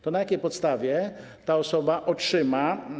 To na jakiej podstawie ta osoba otrzyma.